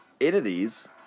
entities